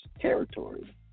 territory